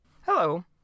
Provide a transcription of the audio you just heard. Hello